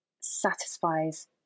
satisfies